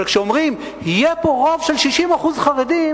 אבל כשאומרים: יהיה פה רוב של 60% חרדים,